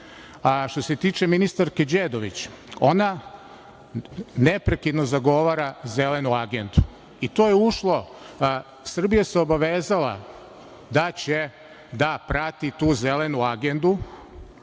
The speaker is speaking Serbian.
se tiče ministarke Đedović, ona neprekidno zagovara Zelenu agendu i to je ušlo. Srbija se obavezala da će da prati tu Zelenu agendu